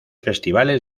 festivales